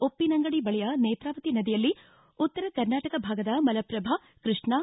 ಉಪ್ಪಿನಂಗಡಿ ಬಳಿಯ ನೇತ್ರಾವತಿ ನದಿಯಲ್ಲಿ ಉತ್ತರ ಕರ್ನಾಟಕ ಭಾಗದ ಮಲಪ್ರಭಾ ಕೃಷ್ಣಾ